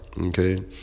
okay